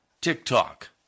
TikTok